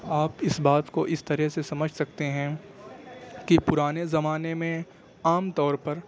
آپ اس بات کو اس طرح سے سمجھ سکتے ہیں کہ پرانے زمانے میں عام طور پر